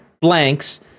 blanks